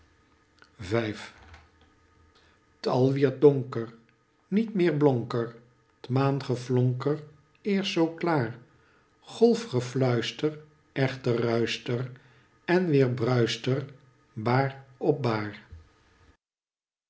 al wierd donker niet meer blonk er t maangeflonker eerst zoo klaar golfgefluister echter ruischte er en weer bruiste er baar op baar